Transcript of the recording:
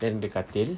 then the katil